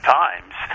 times